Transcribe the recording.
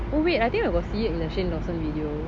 oh wait I think got see it in a shane dawson video